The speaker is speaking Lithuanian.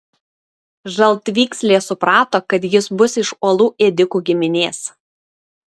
žaltvykslė suprato kad jis bus iš uolų ėdikų giminės